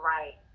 Right